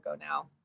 now